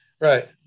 Right